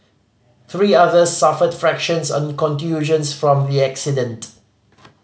three others suffered fractures and contusions from the accident